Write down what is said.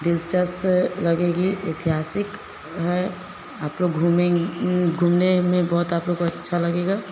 दिलचस्प लगेगी ऐतिहासिक है आप लोग घूमें घूमने में बहुत आप लोग को अच्छा लगेगा